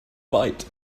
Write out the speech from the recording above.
byte